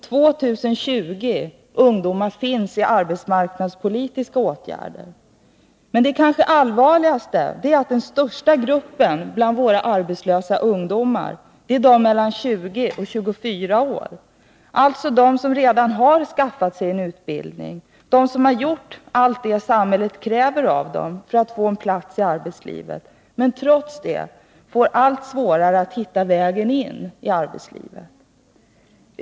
2 020 deltar i arbetsmarknadspolitiska åtgärder. Men det kanske allvarligaste är att den största gruppen arbetslösa ungdomar är den mellan 20 och 24 år, alltså de som redan har skaffat sig en utbildning, de som har gjort allt det samhället kräver av dem för att de skall få en plats i arbetslivet men som trots det får allt svårare att hitta vägen in i arbetslivet.